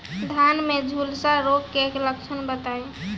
धान में झुलसा रोग क लक्षण बताई?